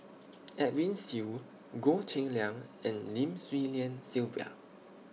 Edwin Siew Goh Cheng Liang and Lim Swee Lian Sylvia